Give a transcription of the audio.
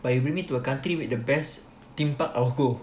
like you bring me to a country with the best theme park I would go